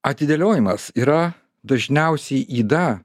atidėliojimas yra dažniausiai yda